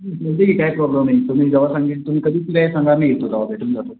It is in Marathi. काय प्रॉब्लेम नाही तुम्ही जेव्हा सांगेन तुम्ही कधी फ्री आहे सांगा मी येतो तेव्हा भेटून जातो